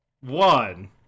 one